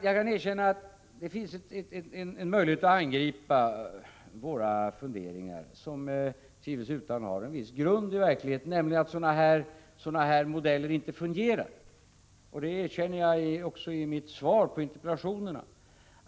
Jag kan erkänna att det finns en möjlighet att angripa våra funderingar, som tvivelsutan har en viss grund i verkligheten, nämligen att sådana här modeller inte fungerar. Det erkänner jag också i mitt svar på interpellationerna.